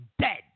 dead